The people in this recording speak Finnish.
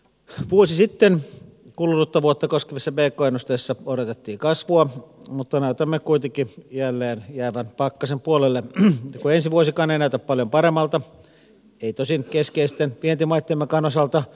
vuosi sitten kulunutta vuotta koskevissa verkkoennusteissa odotettiin kasvua mutta näytämme kuitenkin jälleen jäävän pakkasen puolelle vesi voisikaan ei näytä paljon paremmalta ei tosin keskeisten vientimaittemmekaan osalta